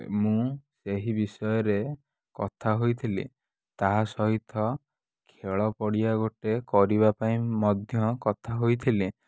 ମୁଁ ସେହି ବିଷୟରେ କଥା ହୋଇଥିଲି ତାହା ସହିତ ଖେଳ ପଡ଼ିଆ ଗୋଟେ କରିବା ପାଇଁ ମଧ୍ୟ କଥା ହୋଇଥିଲି